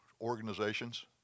organizations